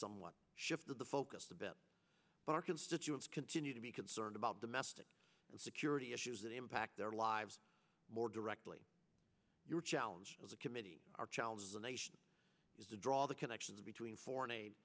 somewhat shifted the focus a bit but our constituents continue to be concerned about domestic security issues that impact their lives more directly your challenge as a committee our challenge as a nation is to draw the connections between foreign aid